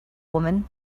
woman